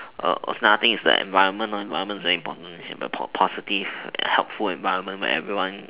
also another things is the environment environment is very important po~ positive helpful environment where everyone